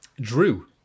Drew